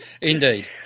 Indeed